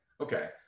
Okay